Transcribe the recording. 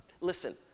Listen